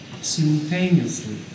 simultaneously